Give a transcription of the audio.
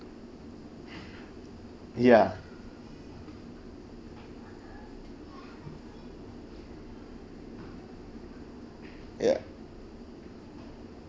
ya ya